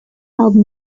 held